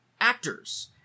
actors